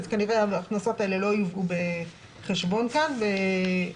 כנראה ההכנסות האלה לא יובאו בחשבון כאן לגביה.